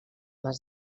mas